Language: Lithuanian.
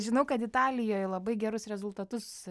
žinau kad italijoj labai gerus rezultatus